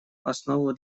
основу